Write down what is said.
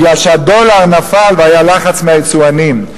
בגלל שהדולר נפל והיה לחץ מהיצואנים.